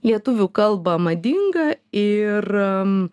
lietuvių kalbą madinga ir